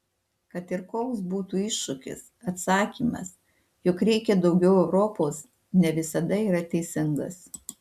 kad ir koks būtų iššūkis atsakymas jog reikia daugiau europos ne visada yra teisingas